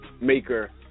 Maker